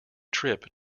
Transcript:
trip